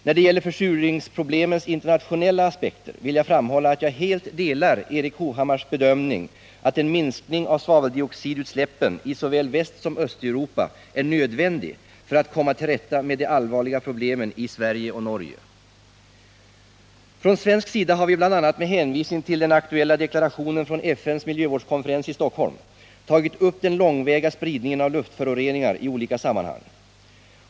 När det gäller försurningsproblemens internationella aspekter vill jag framhålla att jag helt delar Erik Hovhammars bedömning att en minskning av svaveldioxidutsläppen i såväl Västsom Östeuropa är nödvändig för att komma till rätta med de allvarliga problemen i Sverige och Norge. Från svensk sida har vi bl.a. med hänvisning till den aktuella deklarationen från FN:s miljövårdskonferens i Stockholm tagit upp den långväga spridningen av luftföroreningar i olika sammanhang.